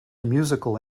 musical